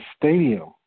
stadium